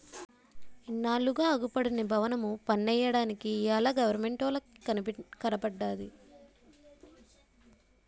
ఇన్నాళ్లుగా అగుపడని బవనము పన్నెయ్యడానికి ఇయ్యాల గవరమెంటోలికి కనబడ్డాది